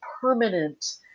permanent